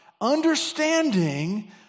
understanding